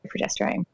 progesterone